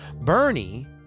Bernie